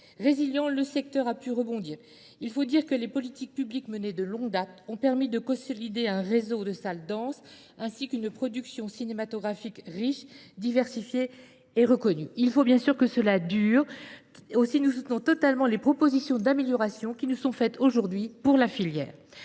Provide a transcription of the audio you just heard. résilient, le secteur a pu rebondir. Les politiques publiques menées de longue date ont permis de consolider un réseau de salles dense, ainsi qu’une production cinématographique riche, diversifiée et reconnue. Il faut que cela dure ; aussi, nous soutenons totalement les propositions d’amélioration au bénéfice de la filière